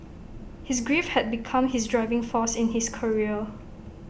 his grief had become his driving force in his career